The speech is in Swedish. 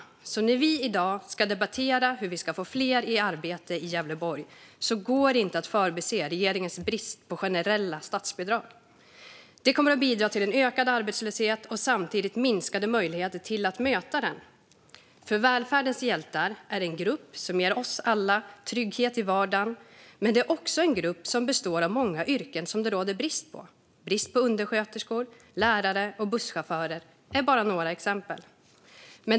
När vi i dag ska debattera hur vi ska få fler i arbete i Gävleborg går det alltså inte att förbise regeringens brist på generella statsbidrag. Det kommer att bidra till ökad arbetslöshet och samtidigt minskade möjligheter att möta den. Välfärdens hjältar är en grupp som ger oss alla trygghet i vardagen. Men det är också en grupp som består av många yrken där det råder brist på arbetskraft. Undersköterskor, lärare och busschaufförer är bara några exempel.